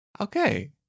Okay